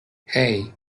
hey